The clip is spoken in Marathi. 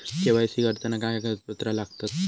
के.वाय.सी करताना काय कागदपत्रा लागतत?